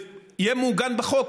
זה יהיה מעוגן בחוק,